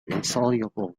insoluble